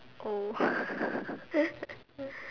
oh